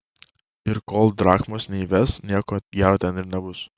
ir kol drachmos neįves nieko gero ten ir nebus